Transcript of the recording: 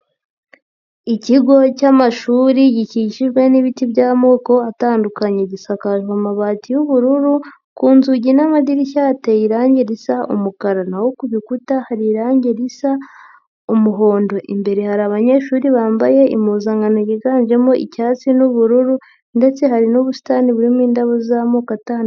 Ikigo cy'amashuri gikikijwe n'ibiti by'amoko atandukanye gisakajwe amabati y'ubururu, ku nzugi n'amadirishya hateye irangi risa umukara, naho ku bikuta hari irangi risa umuhondo, imbere hari abanyeshuri bambaye impuzankano yiganjemo icyatsi n'ubururu ndetse hari n'ubusitani burimo indabo z'amoko atandukanye.